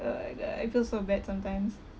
oh my god I feel so bad sometimes